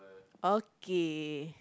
okay